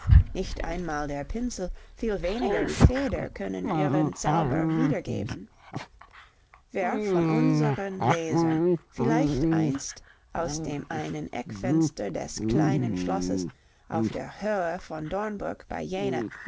nicht einmal der pinsel viel weniger die feder können ihren zauber wiedergeben wer von unseren lesern vielleicht einst aus dem einen eckfenster des kleinen schlosses auf der höhe von dornburg bei jena